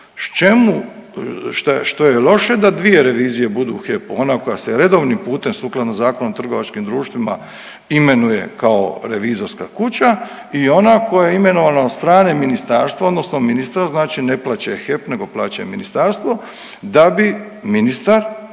što je loše da dvije revizije budu u HEP-u, ona koja se redovnim putem sukladno Zakonu o trgovačkim društvima imenuje kao revizorska kuća i ona koja je imenovana od strane ministarstva odnosno ministra, znači ne plaća je HEP nego plaća je ministarstvo, da bi ministar